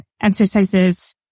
exercises